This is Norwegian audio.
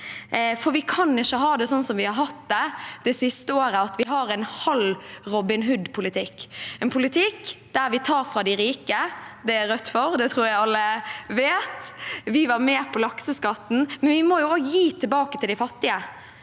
for vi kan ikke ha det sånn som vi har hatt det det siste året, at vi har en halv Robin Hood-politikk, en politikk der vi tar fra de rike – det er Rødt for, det tror jeg alle vet, vi var med på lakseskatten – uten å gi tilbake til de fattige.